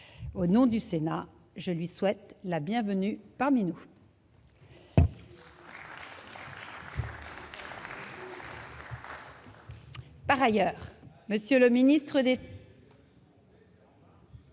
Au nom du Sénat, je lui souhaite la bienvenue parmi nous.